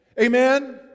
Amen